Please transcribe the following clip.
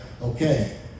okay